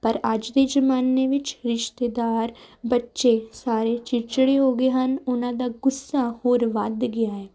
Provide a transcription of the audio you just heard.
ਪਰ ਅੱਜ ਦੇ ਜ਼ਮਾਨੇ ਵਿੱਚ ਰਿਸ਼ਤੇਦਾਰ ਬੱਚੇ ਸਾਰੇ ਚਿੜਚਿੜੇ ਹੋ ਗਏ ਹਨ ਉਹਨਾਂ ਦਾ ਗੁੱਸਾ ਹੋਰ ਵੱਧ ਗਿਆ ਹੈ